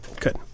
good